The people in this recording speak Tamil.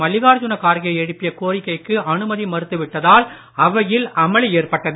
மல்லிகார்ஜுன கார்கே எழுப்பிய கோரிக்கைக்கு அனுமதி மறுத்துவிட்டதால் அவையில் அமளி ஏற்பட்டது